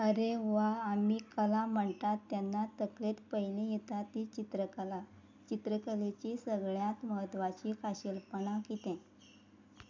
आरे वा आमी कला म्हणटात तेन्ना तकलेंत पयली येता ती चित्रकला चित्रकलेची सगळ्यांत म्हत्वाची खाशेलपणां कितें